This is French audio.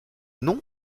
non